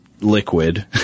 liquid